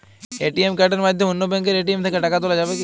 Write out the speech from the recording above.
ATM কার্ডের মাধ্যমে অন্য ব্যাঙ্কের এ.টি.এম থেকে টাকা তোলা যাবে কি?